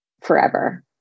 forever